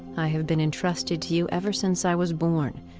i have been entrusted to you ever since i was born.